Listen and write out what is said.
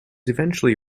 eventually